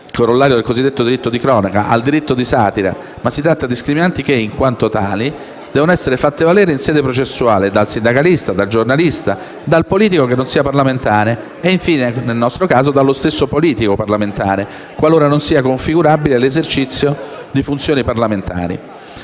corollario del cosiddetto diritto di cronaca; al diritto di satira. Ma si tratta di scriminanti che, in quanto tali, devono essere fatte valere in sede processuale dal sindacalista, dal giornalista, dal politico che non sia parlamentare e infine - come nel nostro caso - dallo stesso politico parlamentare qualora non sia configurabile l'esercizio di funzioni parlamentari.